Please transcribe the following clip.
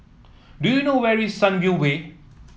do you know where is Sunview Way